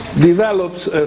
develops